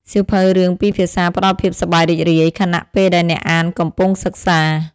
សៀវភៅរឿងពីរភាសាផ្តល់ភាពសប្បាយរីករាយ ខណៈពេលដែលអ្នកអានកំពុងសិក្សា។